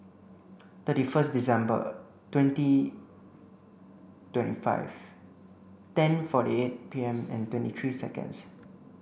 thirty first December twenty twenty five ten forty eight P M and twenty three seconds